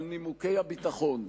על נימוקי הביטחון,